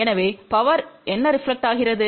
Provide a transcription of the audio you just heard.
எனவே பவர் என்ன ரெபிளேக்டெட்கிறது